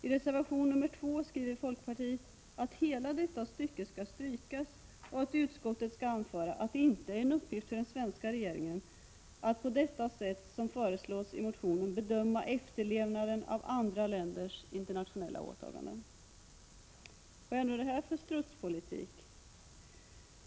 I reservation 2 stryker folkpartiet hela detta stycke och skriver att utskottet skall anföra att det inte är en uppgift för den svenska regeringen att, på det sätt som föreslås i motionen, bedöma efterlevnaden av andra länders internationella åtaganden. Vad är nu detta för strutspolitik?